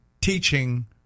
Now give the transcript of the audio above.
teaching